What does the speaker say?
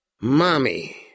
Mommy